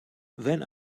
when